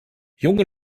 junge